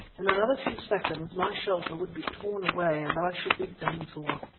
in another few seconds my shelter would be torn away, and i should be done for.